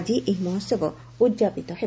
ଆଜି ଏହି ମହୋସ୍ବ ଉଦ୍ଯାପିତ ହେବ